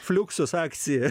fluxus akcija